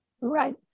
Right